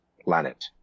planet